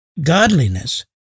godliness